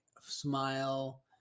smile